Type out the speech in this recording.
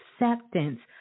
acceptance